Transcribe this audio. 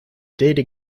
data